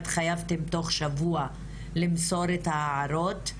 התחייבתם תוך שבוע למסור את ההערות.